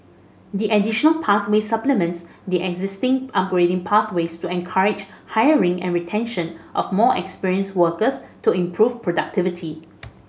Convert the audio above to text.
the additional pathway supplements the existing upgrading pathways to encourage hiring and retention of more experienced workers to improve productivity